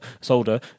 soldier